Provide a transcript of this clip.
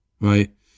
right